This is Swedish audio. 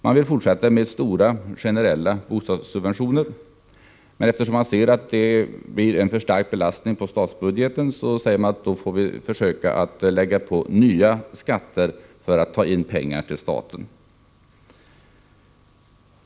Man vill fortsätta med stora generella bostadssubventioner. Men eftersom man ser att det leder till en för stark belastning på statsbudgeten säger man att man då får försöka lägga på nya skatter för att ta in pengar till staten.